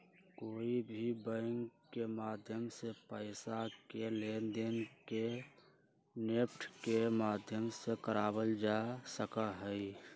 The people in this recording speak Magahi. कोई भी बैंक के माध्यम से पैसा के लेनदेन के नेफ्ट के माध्यम से करावल जा सका हई